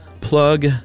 plug